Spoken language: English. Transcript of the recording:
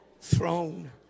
throne